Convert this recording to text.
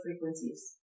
frequencies